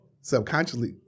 subconsciously